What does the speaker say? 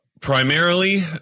Primarily